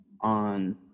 on